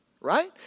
right